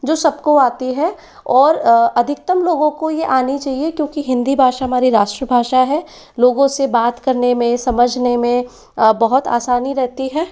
जो सबको आती है और अधिकतम लोगों को ये आनी चाहिए क्योंकि हिंदी भाषा हमारी राष्ट्र भाषा है लोगों से बात करने में समझने में बहुत आसानी रहती है